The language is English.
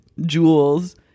jewels